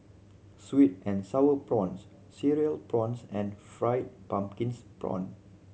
sweet and Sour Prawns Cereal Prawns and fried pumpkins prawn